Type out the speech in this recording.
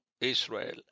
israel